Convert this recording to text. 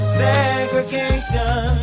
segregation